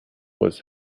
was